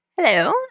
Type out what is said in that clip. Hello